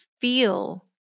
feel